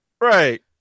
right